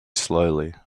slowly